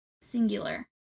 Singular